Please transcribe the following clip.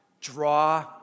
Draw